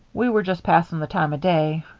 we were just passing the time of day.